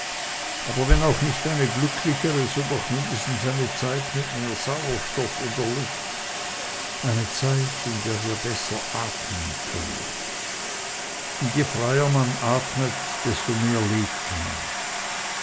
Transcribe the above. aber wenn auch nicht eine glücklichere so doch mindestens eine zeit mit mehr sauerstoff in der luft eine zeit in der wir besser atmen können und je freier man atmet je mehr lebt man